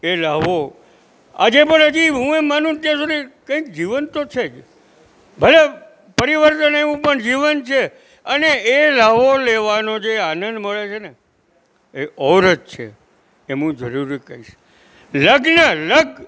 એ લહાવો આજે પણ હજી હું માનું ત્યાં સુધી કંઈક જીવંત તો છે જ ભલે પરિવર્તન એવું પણ જીવંત છે અને એ લહાવો લેવાનો જે આનંદ મળે છે ને એ ઓર જ છે એમ હું જરૂરી કહીશ લગ્ન લગ